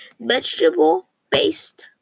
vegetable-based